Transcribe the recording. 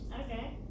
Okay